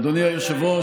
אדוני היושב-ראש,